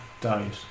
died